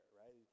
right